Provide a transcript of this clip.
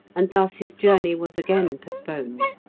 and thus his journey was again postponed.